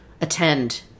attend